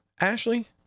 Ashley